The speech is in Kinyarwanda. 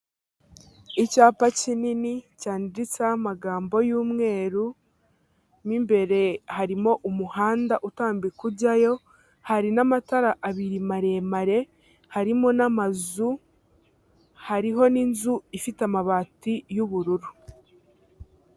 Icyapa kinini cyanditseho amagambo y'umweru, mo imbere harimo umuhanda utambika ujya yo, hari n'amatara abiri maremare, harimo n'amazu, hariho n'inzu ifite amabati y'ubururu.